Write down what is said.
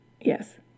Yes